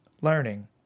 learning